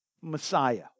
Messiah